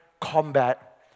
combat